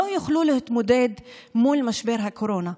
הן לא יוכלו להתמודד עם משבר הקורונה,